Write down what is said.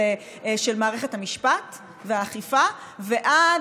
החל מהשלב של מערכת המשפט והאכיפה ועד